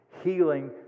healing